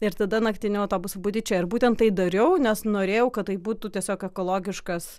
ir tada naktiniu autobusu budi čia ir būtent tai dariau nes norėjau kad tai būtų tiesiog ekologiškas